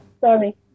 Sorry